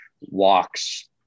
walks